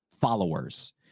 followers